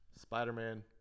Spider-Man